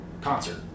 concert